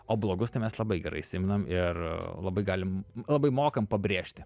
o blogus tai mes labai gerai įsimenam ir labai galim labai mokam pabrėžti